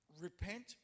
repent